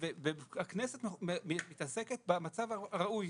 הכנסת מתעסקת במצב הראוי.